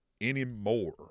anymore